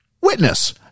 Witness